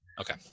Okay